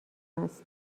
است